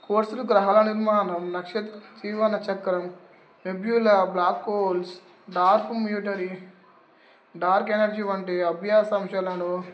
కోర్సులు గ్రహాల నిర్మాణం నక్షత్ర జీవన చక్రం nebula black holes dark matter dark energy వంటి అభ్యాస అంశాలలో